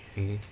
mmhmm